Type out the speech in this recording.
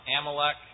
Amalek